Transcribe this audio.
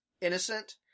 innocent